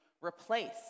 replace